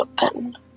open